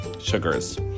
sugars